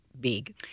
big